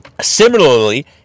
Similarly